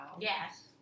Yes